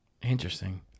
Interesting